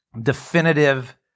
definitive